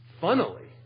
funnily